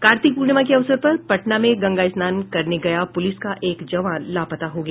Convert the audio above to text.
कार्तिक प्रर्णिमा के अवसर पर पटना में गंगा स्नान करने गया प्रलिस का एक जवान लापता हो गया